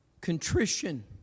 Contrition